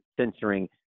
censoring